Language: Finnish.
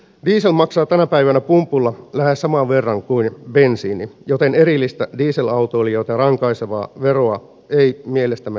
diesel maksaa tänä päivänä pumpulla lähes saman verran kuin bensiini joten erillistä dieselautoilijoita rankaisevaa veroa ei mielestämme tarvita